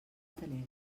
telegram